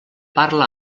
parla